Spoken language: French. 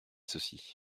ceci